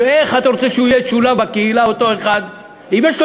איך אתה רוצה שאותו אחד ישולב בקהילה אם יש לו